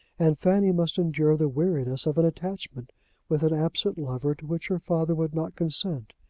and fanny must endure the weariness of an attachment with an absent lover to which her father would not consent.